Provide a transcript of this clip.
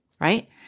right